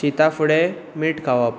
शितां फुडें मीठ खावप